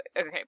Okay